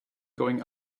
going